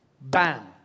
bam